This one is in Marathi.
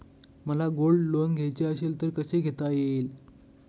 मला गोल्ड लोन घ्यायचे असेल तर कसे घेता येईल?